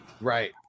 right